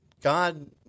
God